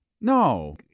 No